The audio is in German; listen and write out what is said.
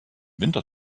winter